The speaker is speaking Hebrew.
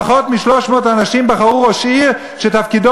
פחות מ-300 אנשים בחרו ראש עיר שתפקידו